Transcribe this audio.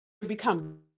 become